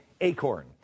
ACORN